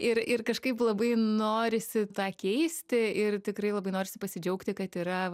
ir ir kažkaip labai norisi tą keisti ir tikrai labai norisi pasidžiaugti kad yra